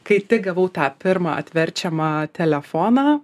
kai tik gavau tą pirmą atverčiamą telefoną